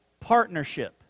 Partnership